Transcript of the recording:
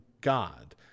God